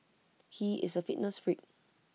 he is A fitness freak